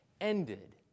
ended